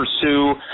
pursue